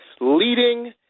leading